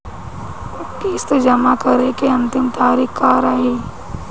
किस्त जमा करे के अंतिम तारीख का रही?